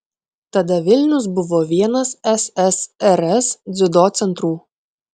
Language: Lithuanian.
tada vilnius buvo vienas ssrs dziudo centrų